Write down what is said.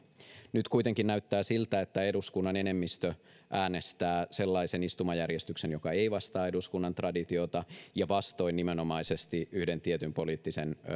nyt kuitenkin näyttää siltä että eduskunnan enemmistö äänestää sellaisen istumajärjestyksen joka ei ei vastaa eduskunnan traditiota ja on vastoin nimenomaisesti yhden tietyn poliittisen